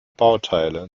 bauteile